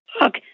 look